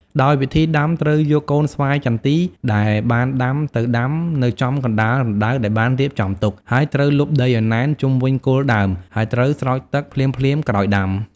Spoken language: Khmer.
ដោយវិធីដាំត្រូវយកកូនស្វាយចន្ទីដែលបានដាំទៅដាំនៅចំកណ្តាលរណ្តៅដែលបានរៀបចំទុក ហើយត្រូវលប់ដីឱ្យណែន ជុំវិញគល់ដើម ហើយត្រូវ ស្រោចទឹក ភ្លាមៗក្រោយដាំ។